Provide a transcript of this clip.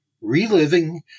Reliving